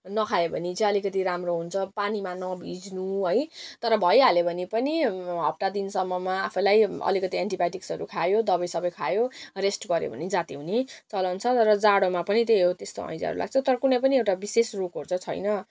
नखायो भने चाहिँ अलिकति राम्रो हुन्छ पानीमा नभिज्नु है तर भइहाल्यो भने पनि हफ्ता दिनसम्ममा आफूलाई अलिकति एनटिबाइटिक्सहरू खायो दबाईसबाई खायो रेस्ट गऱ्यो भने जाती हुने चलन छ तर जाडोमा पनि त्यही हो त्यस्तो हैजाहरू लाग्छ तर कुनै पनि विशेष रोगहरू चाहिँ छैन जाडोमा